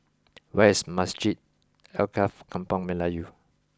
where is Masjid Alkaff Kampung Melayu